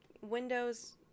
windows